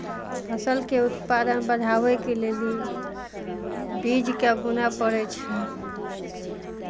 फसलके उत्पादन बढ़ाबैके लेल भी बीजकेँ बुनय पड़ै छै